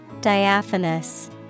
Diaphanous